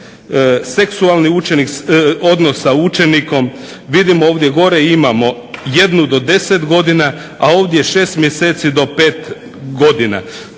Seksualni odnos sa učenikom, vidim ovdje gore imamo jednu do 10 godina, a ovdje 6 mjeseci do 5 godina.